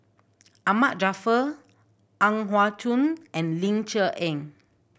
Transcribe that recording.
Ahmad Jaafar Ang Yau Choon and Ling Cher Eng